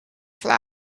flag